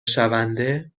شونده